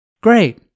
Great